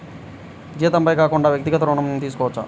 జీతంపై కాకుండా వ్యక్తిగత ఋణం తీసుకోవచ్చా?